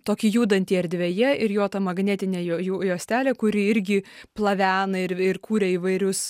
tokį judantį erdvėje ir jo ta magnetinė jo jau juostelė kuri irgi plavena ir ir kuria įvairius